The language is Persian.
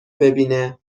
ببینه